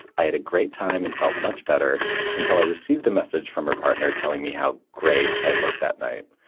i had a great time and felt much better until i received a message from her partner telling me how great i looked that night.